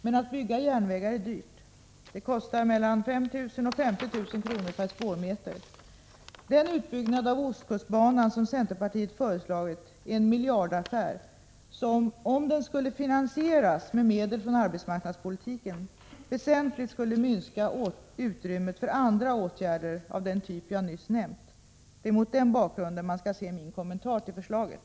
Men att bygga järnvägar är dyrt, det kostar mellan 5 000 och 50 000 kr. per spårmeter. Den utbyggnad av ostkustbanan som centerpartiet föreslagit är en miljardaffär som, om den skulle finansieras med medel från arbetsmarknadspolitiken, väsentligt skulle minska utrymmet för andra åtgärder av den typ jag nyss nämnt. Det är mot den bakgrunden man skall se min kommentar till förslaget.